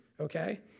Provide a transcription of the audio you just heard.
okay